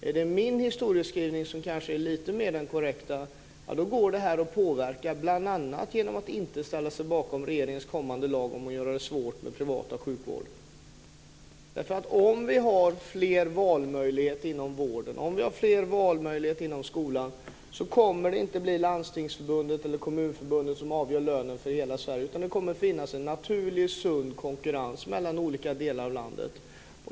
Är det min historieskrivning som är korrekt, då går detta att påverka bl.a. genom att inte ställa sig bakom regeringens kommande lagförslag om att göra det svårare för privat sjukvård. Om det finns fler valmöjligheter inom vården och inom skolan blir det inte Landstingsförbundet eller Kommunförbundet som avgör lönenivån för hela Sverige, utan det kommer då att finnas en naturlig och sund konkurrens mellan olika delar av landet.